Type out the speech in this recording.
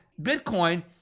Bitcoin